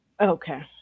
Okay